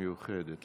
מיוחדת,